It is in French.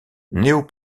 néo